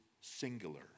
singular